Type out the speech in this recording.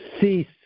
cease